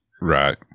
Right